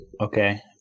Okay